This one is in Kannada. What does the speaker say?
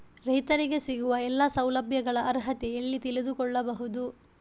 ರೈತರಿಗೆ ಸಿಗುವ ಎಲ್ಲಾ ಸೌಲಭ್ಯಗಳ ಅರ್ಹತೆ ಎಲ್ಲಿ ತಿಳಿದುಕೊಳ್ಳಬಹುದು?